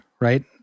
right